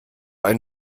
ein